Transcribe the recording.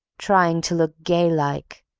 trying to look gay-like,